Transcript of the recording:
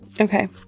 Okay